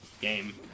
game